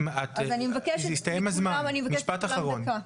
אני מבקשת מכולם דקה.